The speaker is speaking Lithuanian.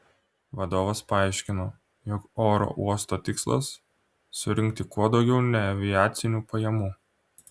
vadovas paaiškino jog oro uosto tikslas surinkti kuo daugiau neaviacinių pajamų